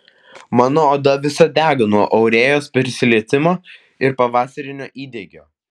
mano oda visa dega nuo aurėjos prisilietimo ir pavasarinio įdegio